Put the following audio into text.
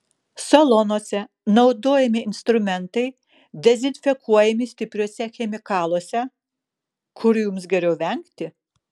salonuose naudojami instrumentai dezinfekuojami stipriuose chemikaluose kurių jums geriau vengti